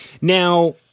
Now